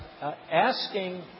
asking